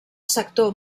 sector